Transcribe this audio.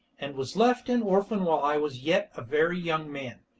and was left an orphan while i was yet a very young man,